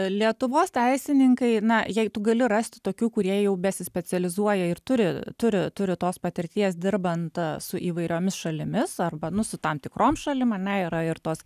lietuvos teisininkai na jei tu gali rasti tokių kurie jau besispecializuoja ir turi turi turi tos patirties dirbant su įvairiomis šalimis arba nu su tam tikrom šalims ar ne yra ir tos